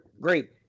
great